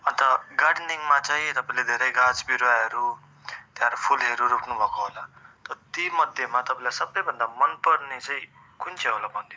अन्त गार्डनिङमा चाहिँ तपाईँले धेरै गाछ बिरुवाहरू त्यहाँबाट फुलहरू रोप्नुभएको होला त तीमध्येमा तपाईँलाई सपैभन्दा मन पर्ने चाहिँ कुन चाहिँ होला भनिदिनुहोस् त